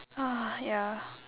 ya